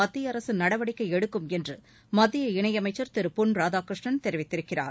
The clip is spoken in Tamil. மத்திய அரசு நடவடிக்கை எடுக்கும் என்று மத்திய இணையமைச்சர் திரு பொன் ராதாகிருஷ்ணன் தெரிவித்திருக்கிறார்